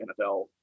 NFL